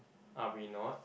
are we not